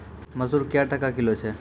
मसूर क्या टका किलो छ?